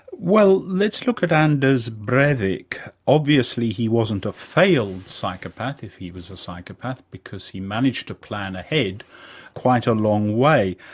well, let's look at anders breivik. obviously. he wasn't a failed psychopath, if he was a psychopath, because he managed to plan ahead quite a long way,